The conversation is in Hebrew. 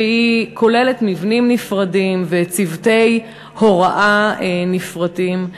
שכוללת מבנים נפרדים וצוותי הוראה נפרדים.